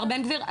גביר?